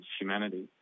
humanity